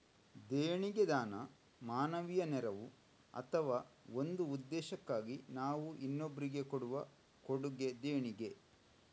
ದೇಣಿಗೆ ದಾನ, ಮಾನವೀಯ ನೆರವು ಅಥವಾ ಒಂದು ಉದ್ದೇಶಕ್ಕಾಗಿ ನಾವು ಇನ್ನೊಬ್ರಿಗೆ ಕೊಡುವ ಕೊಡುಗೆ ದೇಣಿಗೆ